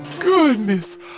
Goodness